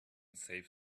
save